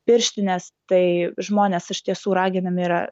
pirštinės tai žmonės iš tiesų raginami yra